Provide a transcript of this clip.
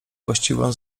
właściwą